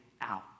out